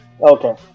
Okay